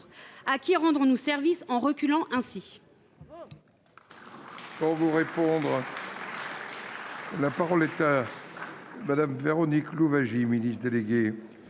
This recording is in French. À qui rendons nous service en reculant ainsi ?